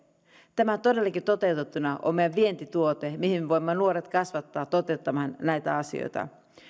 tämä todellakin toteutettuna on meidän vientituote mihin me voimme nuoret kasvattaa toteuttamaan näitä asioita